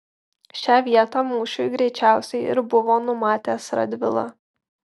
šią vietą mūšiui greičiausiai ir buvo numatęs radvila